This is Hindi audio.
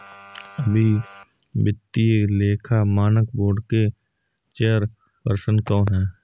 अभी वित्तीय लेखा मानक बोर्ड के चेयरपर्सन कौन हैं?